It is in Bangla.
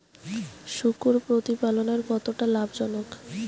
শূকর প্রতিপালনের কতটা লাভজনক?